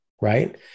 Right